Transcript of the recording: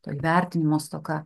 to įvertinimo stoka